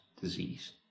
disease